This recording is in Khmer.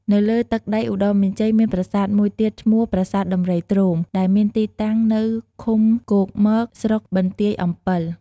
នៅលើទឹកដីឧត្តរមានជ័យ មានប្រាសាទមួយទៀតឈ្មោះ ប្រាសាទដំរីទ្រោម ដែលមានទីតាំងនៅ ឃុំគោកមក ស្រុកបន្ទាយអម្ពិល។